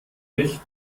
nicht